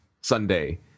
Sunday